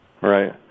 Right